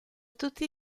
tutti